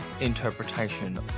interpretation